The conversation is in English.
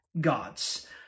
God's